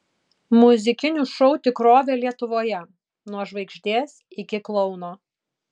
muzikinių šou tikrovė lietuvoje nuo žvaigždės iki klouno